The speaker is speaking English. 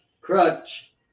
crutch